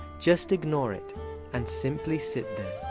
just ignore it and simply sit there.